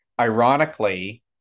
Ironically